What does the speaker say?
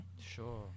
Sure